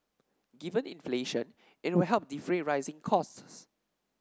given inflation it will help defray rising costs